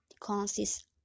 consists